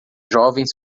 jovens